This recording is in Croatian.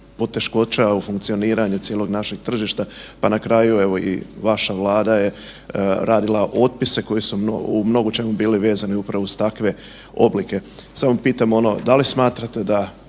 poteškoća u funkcioniranju cijelog našeg tržišta, pa na kraju evo i vaša Vlada je radila otpise koji su u mnogočemu bili vezani upravo uz takve oblike. Samo pitam ono da li smatrate da